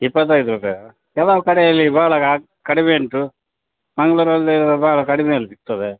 ಇಪ್ಪತ್ತೈದು ರೂಪಾಯಿ ಕೆಲವು ಕಡೆಯಲ್ಲಿ ಭಾಳ ಕಡಿಮೆ ಉಂಟು ಮಂಗಳೂರಲ್ಲಿ ಭಾಳ ಕಡಿಮೆಯಲ್ಲಿ ಸಿಗ್ತದೆ